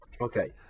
Okay